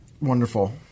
Wonderful